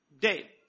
Day